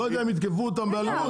לא יודע אם יתקפו אותם באלות,